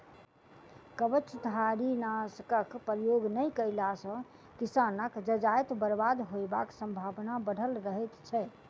कवचधारीनाशकक प्रयोग नै कएला सॅ किसानक जजाति बर्बाद होयबाक संभावना बढ़ल रहैत छै